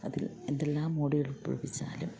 അതിൽ എന്തെല്ലാം മോടിപിടിപ്പിച്ചാലും